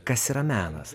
kas yra menas